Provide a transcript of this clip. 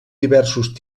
diversos